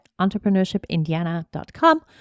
entrepreneurshipindiana.com